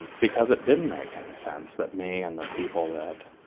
and because it didn't make any sense that me and the people that